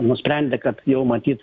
nusprendė kad jau matyt